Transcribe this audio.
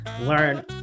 learn